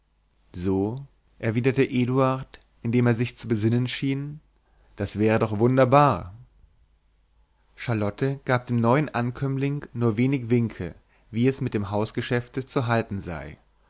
so erwiderte eduard indem er sich zu besinnen schien das wäre doch wunderbar charlotte gab dem neuen ankömmling nur wenig winke wie es mit dem hausgeschäfte zu halten sei